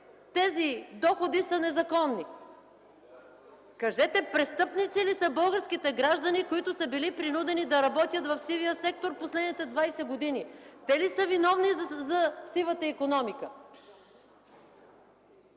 и реплики от ГЕРБ.) Кажете: престъпници ли са българските граждани, които са били принудени да работят в сивия сектор последните 20 години? Те ли са виновни за сивата икономика?